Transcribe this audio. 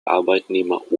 arbeitnehmer